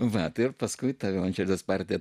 va ir paskui tave man širdis spardė